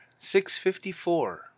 654